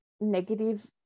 negative